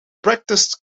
practiced